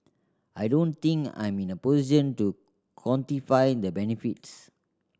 I don't think I'm in a position to quantify the benefits